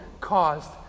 caused